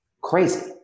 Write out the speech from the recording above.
crazy